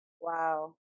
Wow